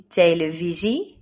televisie